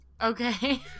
Okay